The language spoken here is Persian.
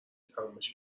تمومش